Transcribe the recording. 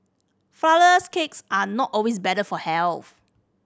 flourless cakes are not always better for health